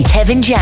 Kevin